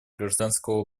гражданского